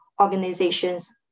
organization's